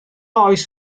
oes